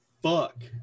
fuck